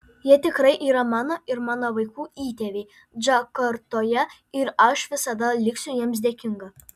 jie tikrai yra mano ir mano vaikų įtėviai džakartoje ir aš visada liksiu jiems dėkinga